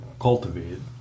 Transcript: cultivated